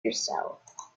yourself